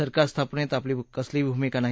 सरकार स्थापनेत आपली कसलीही भूमिका नाही